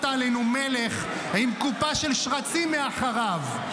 עלינו מלך עם קופה של שרצים מאחוריו,